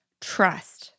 Trust